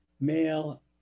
male